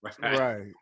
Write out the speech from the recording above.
Right